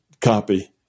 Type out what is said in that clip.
copy